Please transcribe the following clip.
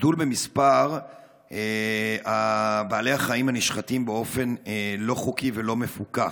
גידול במספר בעלי החיים הנשחטים באופן לא חוקי ולא מפוקח.